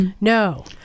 No